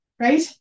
right